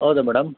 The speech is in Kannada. ಹೌದಾ ಮೇಡಮ್